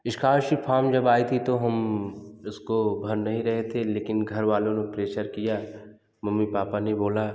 scholarship form जब आई थी तो हम उसको भर नहीं रहे थे लेकिन घर वालों ने प्रेसर किया मम्मी पापा ने बोला